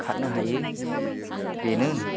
खारनो हायो बेनो